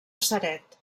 ceret